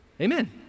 Amen